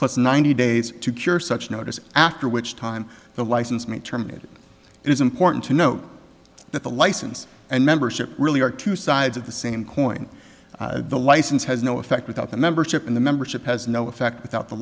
plus ninety days to cure such notice after which time the license may terminate it is important to note that the license and membership really are two sides of the same coin the license has no effect without the membership in the membership has no effect without the